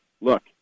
look